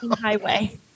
highway